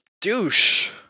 douche